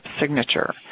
signature